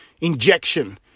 injection